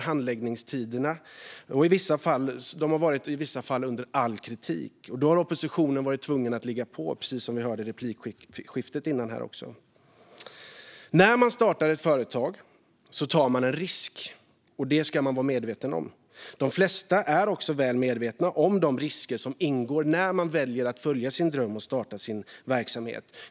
Handläggningstiderna har i vissa fall varit under all kritik, och då har oppositionen varit tvungen att ligga på, som vi hörde om i replikskiftet här tidigare. När man startar ett företag tar man en risk, och det ska man vara medveten om. De flesta är väl medvetna om de risker som ingår när man väljer att följa sin dröm och starta en verksamhet.